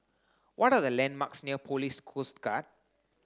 what are the landmarks near Police Coast Guard